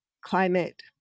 climate